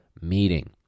meeting